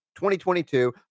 2022